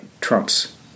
trumps